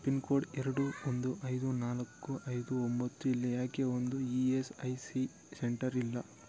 pin code ಎರಡು ಒಂದು ಐದು ನಾಲ್ಕು ಐದು ಒಂಬತ್ತು ಇಲ್ಲಿ ಯಾಕೆ ಒಂದು E S I C centre ಇಲ್ಲ